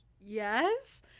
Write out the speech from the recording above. yes